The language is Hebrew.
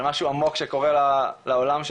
על משהו עמוק שקורה לעולם שלנו,